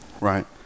right